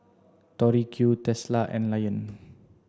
Tori Q Tesla and Lion